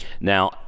Now